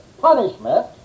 punishment